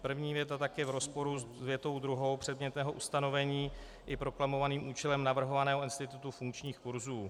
První věta tak je v rozporu s větou druhou předmětného ustanovení i proklamovaným účelem navrhovaného institutu funkčních kurzů.